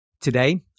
Today